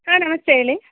ಹಾಂ ನಮಸ್ತೆ ಹೇಳಿ